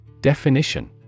Definition